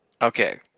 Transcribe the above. Okay